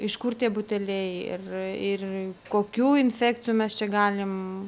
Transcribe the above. iš kur tie buteliai ir ir kokių infekcijų mes čia galim